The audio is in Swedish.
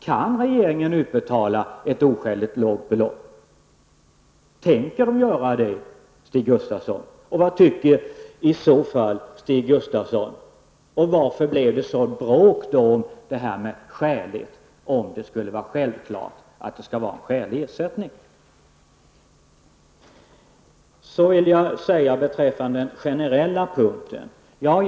Kan regeringen utbetala ett oskäligt lågt belopp, och tänker regeringen göra det, Stig Gustafsson? Vad tycker i så fall Stig Gustafsson om detta, och varför blev det sådant bråk om formuleringen ''skäligt'' om det vore självklart att det skall vara skälig ersättning? Beträffande den generella punkten vill jag säga följande.